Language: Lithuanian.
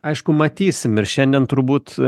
aišku matysim ir šiandien turbūt